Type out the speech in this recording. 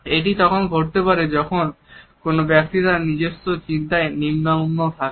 এটি তখন ঘটতে পারে যখন কোন ব্যক্তি তার নিজস্ব চিন্তায় নিমগ্ন থাকে